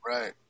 Right